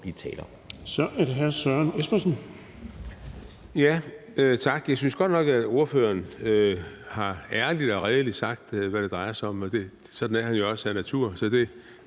Espersen. Kl. 10:27 Søren Espersen (DD): Tak. Jeg synes godt nok, at ordføreren ærligt og redeligt har sagt, hvad det drejer sig om, og sådan er han jo også af natur, så det